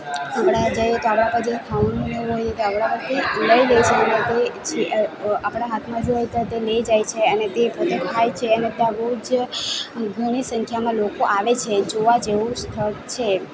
હમણાં જઈએ તો આપણા પાસે જે ખાવાનું હોય તે આપણા પાસે લઈ લે છે એ લોકો આપણા હાથમાં જે હોય તે ત્યાં લઈ જાય છે અને તે પોતે ખાય છે અને ત્યાં બહુ જ ઘણી સંખ્યામાં લોકો આવે છે જોવા જેવું સ્થળ છે